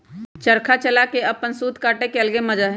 चरखा चला के अपन सूत काटे के अलगे मजा हई